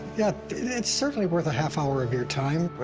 yeah it's certainly worth a half hour of your time.